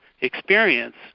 experience